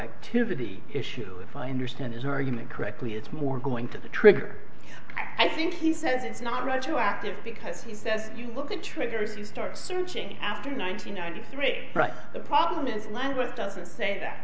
retroactivity issue if i understand his argument correctly it's more going to the trigger i think he says it's not retroactive because he says you look at triggers you start searching after nine hundred ninety three right the problem is language doesn't say that